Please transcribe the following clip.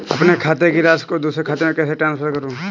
अपने खाते की राशि को दूसरे के खाते में ट्रांसफर कैसे करूँ?